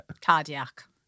Cardiac